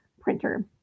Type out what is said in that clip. printer